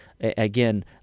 Again